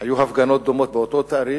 היו הפגנות דומות באותו תאריך,